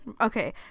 Okay